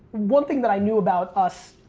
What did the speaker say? one thing that i knew about us,